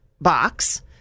box